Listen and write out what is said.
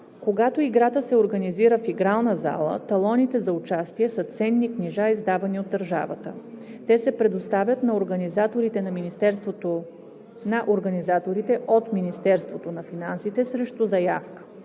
Когато играта се организира в игрална зала, талоните за участие са ценни книжа, издавани от държавата. Те се предоставят на организаторите от Министерството на финансите срещу заявка.